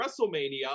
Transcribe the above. WrestleMania